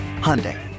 Hyundai